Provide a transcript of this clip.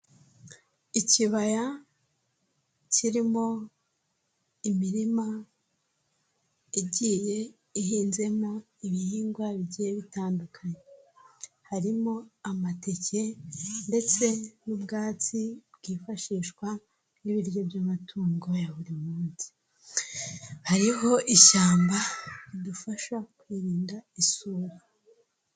Ikibaya kirimo imirima igiye ihinzemo ibihingwa bigiye bitandukanye, harimo amateke ndetse n'ubwatsi bwifashishwa n'ibiryo by'amatungo ya buri munsi. Hariho ishyamba ridufasha kwirinda isuri.